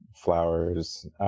flowers